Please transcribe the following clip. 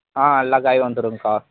ஆ எல்லா காயும் வந்துடும்க்கா